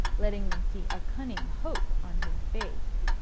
letting them see a cunning hope on his face.